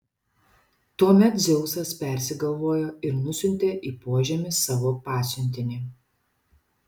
tuomet dzeusas persigalvojo ir nusiuntė į požemį savo pasiuntinį